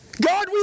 God